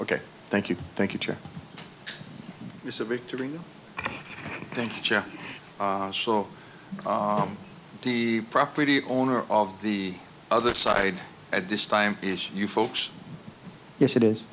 ok thank you thank you it's a victory thank you so the property owner of the other side at this time is you folks yes it is